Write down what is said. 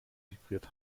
siegfried